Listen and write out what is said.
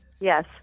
Yes